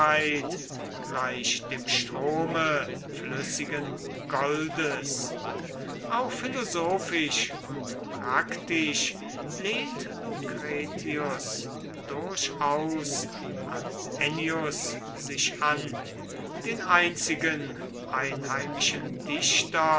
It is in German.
gleich dem strome flüssigen goldes auch philosophisch und praktisch lehnt lucretius durchaus an ennius sich an den einzigen einheimischen dichter